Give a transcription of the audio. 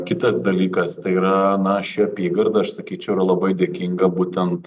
kitas dalykas tai yra na ši apygarda aš sakyčiau yra labai dėkinga būtent